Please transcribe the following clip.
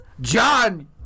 John